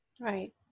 Right